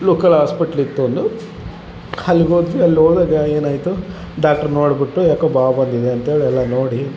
local hospital ಇತ್ತು ಒಂದು ಅಲ್ಲಿಗ್ ಹೋದ್ವಿ ಅಲ್ಲಿ ಹೋದಾಗ ಏನಾಯಿತು ಡಾಕ್ಟ್ರ್ ನೋಡಿಬಿಟ್ಟು ಯಾಕೋ ಬಾವು ಬಂದಿದೆ ಅಂತೇಳಿ ಎಲ್ಲ ನೋಡಿ